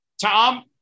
Tom